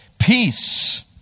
peace